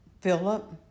Philip